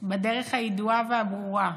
בדרך הידועה והברורה,